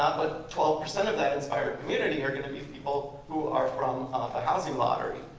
but twelve percent of that inspired community are going to be people who are from the housing lottery.